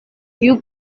you